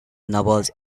novels